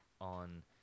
on